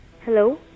hello